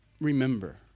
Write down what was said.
remember